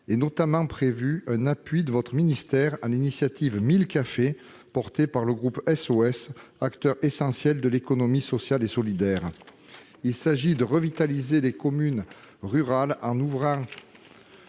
Est notamment prévu un appui de votre ministère à l'initiative « 1 000 cafés », qui est portée par le groupe SOS, acteur essentiel de l'économie sociale et solidaire. Il s'agit de revitaliser les communes rurales, en ouvrant